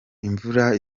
imvura